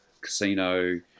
casino